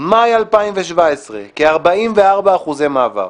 מאי 2017, כ-44% מעבר,